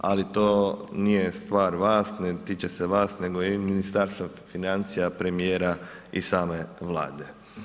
Ali to nije stvar vas, ne tiče se vas nego i Ministarstva financija, premijera i same Vlade.